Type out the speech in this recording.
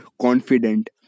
confident